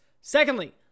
Secondly